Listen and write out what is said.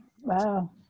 Wow